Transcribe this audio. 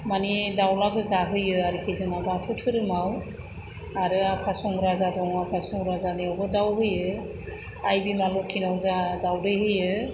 माने दावला गोजा होयो आरोखि जोंनाव बाथौ दोहोरोमाव आरो आफा संराजा दङ आफा संराजानियावबो दाव होयो आइ बिमा लोखिनो जोंहा दावदै होयो